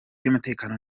y’umutekano